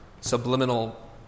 subliminal